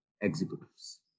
executives